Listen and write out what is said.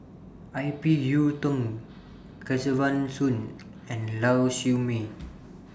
Ip Yiu Tung Kesavan Soon and Lau Siew Mei